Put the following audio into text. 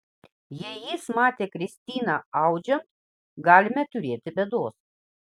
jei jis matė kristiną audžiant galime turėti bėdos